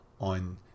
on